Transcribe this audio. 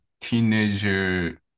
teenager